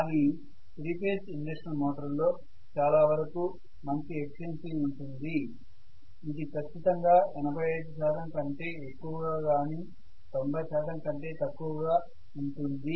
కానీ 3 phase induction మోటార్ల లో చాలా వరకు మంచి ఎఫిషియన్సీ ఉంటుంది ఇది ఖచ్చితంగా 85 శాతం కంటే ఎక్కువగా కానీ 90 శాతం కంటే తక్కువ గ ఉంటుంది